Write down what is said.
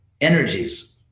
energies